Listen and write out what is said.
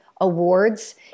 Awards